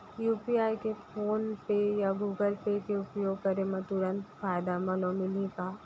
UPI के PhonePe या Google Pay के उपयोग करे म तुरंत फायदा घलो मिलही का?